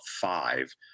five